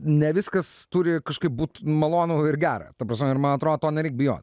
ne viskas turi kažkaip būt malonu ir gera ta prasme ir man atrodo to nereik bijot